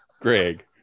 Greg